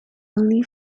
only